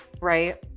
right